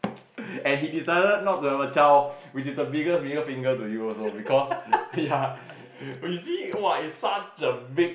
and he decided not to have a child which is the biggest finger to you also because ya you see !wah! is such a big